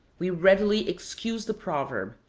we readily excuse the proverb,